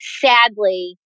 sadly